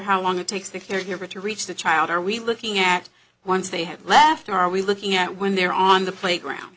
how long it takes the caregiver to reach the child are we looking at once they have left or are we looking at when they're on the playground